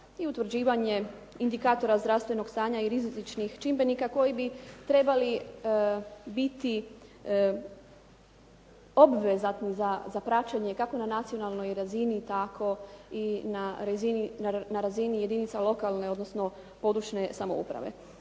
i utvrđivanje indikatora zdravstvenog stanja i rizičnih čimbenika koji bi trebali biti obvezatni za praćenje, kako na nacionalnoj razini, tako i na razini jedinica lokalne, odnosno područne samouprave.